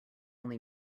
only